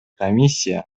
комиссия